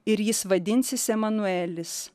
ir jis vadinsis emanuelis